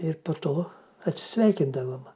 ir po to atsisveikindavom